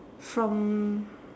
from